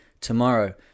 tomorrow